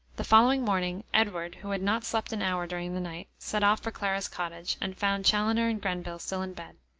the following morning, edward, who had not slept an hour during the night, set off for clara's cottage, and found chaloner and grenville still in bed.